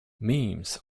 memes